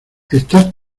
estás